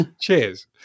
Cheers